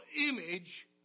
image